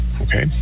Okay